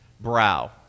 brow